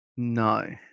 No